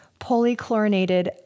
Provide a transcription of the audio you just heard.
polychlorinated